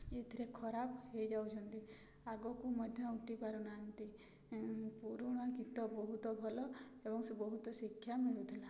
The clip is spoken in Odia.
ଏଥିରେ ଖରାପ ହେଇଯାଉଛନ୍ତି ଆଗକୁ ମଧ୍ୟ ଉଠିପାରୁନାହାନ୍ତି ପୁରୁଣା ଗୀତ ବହୁତ ଭଲ ଏବଂ ସେ ବହୁତ ଶିକ୍ଷା ମିଳୁଥିଲା